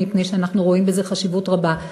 מפני שאנחנו רואים בזה חשיבות רבה.